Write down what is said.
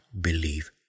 believe